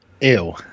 Ew